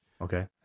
Okay